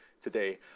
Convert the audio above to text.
today